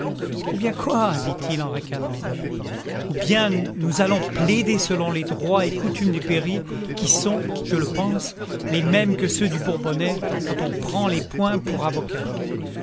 ou bien quoi dit-il en ricanant ou bien nous allons plaider selon les droits et coutumes du berry qui sont je pense les mêmes que ceux du bourbonnais quand on prend les poings pour avocats